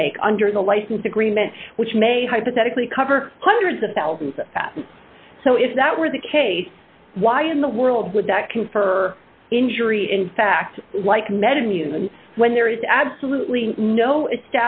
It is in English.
to make under the license agreement which may hypothetically cover hundreds of thousands of patents so if that were the case why in the world would that confer injury in fact like metamucil when there is absolutely no